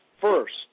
first